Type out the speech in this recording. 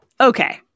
Okay